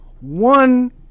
One